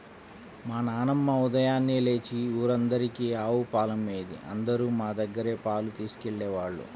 మా నాన్నమ్మ ఉదయాన్నే లేచి ఊరందరికీ ఆవు పాలమ్మేది, అందరూ మా దగ్గరే పాలు తీసుకెళ్ళేవాళ్ళు